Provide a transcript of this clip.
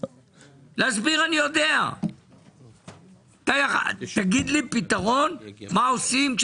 להסביר אני יודע מה אנחנו עושים כשהתחזית